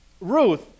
Ruth